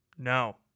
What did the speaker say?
No